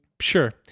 sure